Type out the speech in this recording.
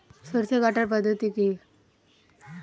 সরষে কাটার পদ্ধতি কি?